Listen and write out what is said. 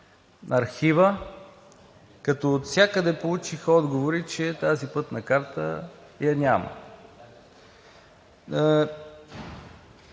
в Архива, като отвсякъде получих отговори, че тази пътна карта я няма.